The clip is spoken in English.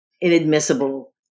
inadmissible